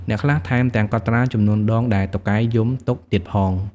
អ្នកខ្លះថែមទាំងកត់ត្រាចំនួនដងដែលតុកែយំទុកទៀតផង។